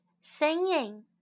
singing